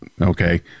Okay